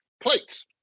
plates